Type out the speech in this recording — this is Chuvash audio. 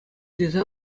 тесе